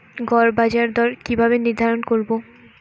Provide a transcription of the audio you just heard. গড় বাজার দর কিভাবে নির্ধারণ করব?